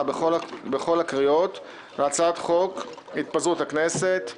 בכל הקריאות להצעת חוק התפזרות הכנסת ה-22.